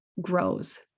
grows